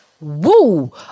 Woo